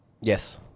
Yes